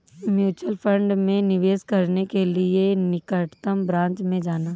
mutual fund में निवेश करने के लिए निकटतम ब्रांच में जाना